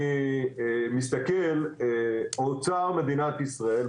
אני מסתכל, האוצר, מדינת ישראל.